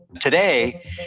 Today